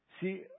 See